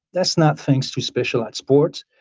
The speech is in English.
that's not thanks to specialized sports.